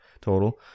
total